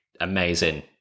amazing